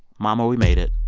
momma, we made it.